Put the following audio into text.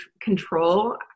control